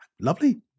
Lovely